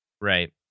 right